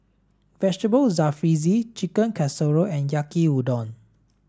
Vegetable Jalfrezi Chicken Casserole and Yaki udon